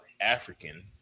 African